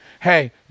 hey